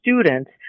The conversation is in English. students